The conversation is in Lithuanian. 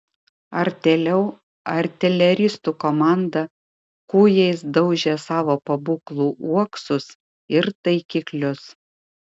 artėliau artileristų komanda kūjais daužė savo pabūklų uoksus ir taikiklius